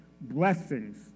blessings